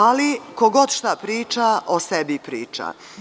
Ali, ko god šta priča, o sebi priča.